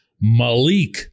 Malik